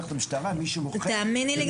למשטרה על מי שמוכר --- תאמיני לי,